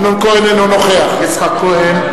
אינו נוכח יצחק כהן,